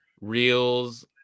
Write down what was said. Reels